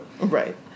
right